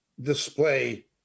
display